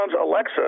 Alexa